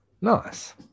Nice